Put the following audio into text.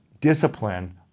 discipline